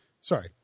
sorry